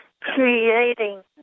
creating